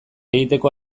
egiteko